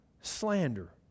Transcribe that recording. slander